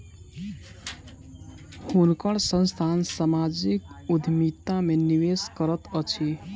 हुनकर संस्थान सामाजिक उद्यमिता में निवेश करैत अछि